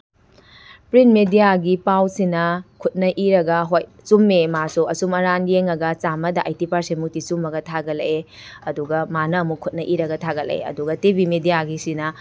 print ꯃꯦꯗꯤꯌꯥꯒꯤ ꯄꯥꯎꯁꯤꯅ ꯈꯨꯠꯅ ꯏꯔꯒ ꯍꯣꯏ ꯆꯨꯝꯃꯦ ꯃꯥꯁꯨ ꯑꯆꯨꯝ ꯑꯔꯥꯟ ꯌꯦꯡꯂꯒ ꯆꯥꯝꯃꯗ ꯑꯩꯠꯇꯤ ꯄꯥꯔꯁꯦꯟꯃꯨꯛꯇꯤ ꯆꯨꯝꯃꯒ ꯊꯥꯒꯠꯂꯛꯑꯦ ꯑꯗꯨꯒ ꯃꯥꯅ ꯑꯃꯨꯛ ꯈꯨꯠꯅ ꯏꯔꯒ ꯊꯥꯒꯠꯂꯛꯑꯦ ꯑꯗꯨꯒ ꯇꯤ ꯚꯤ ꯃꯦꯗꯤꯌꯥꯒꯤꯁꯤꯅ